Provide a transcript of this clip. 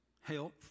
health